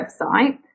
website